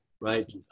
right